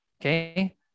Okay